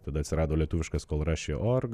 tada atsirado lietuviškas kol rašia org